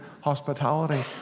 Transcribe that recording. hospitality